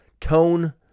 tone